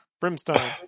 brimstone